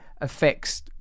affects